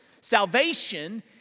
Salvation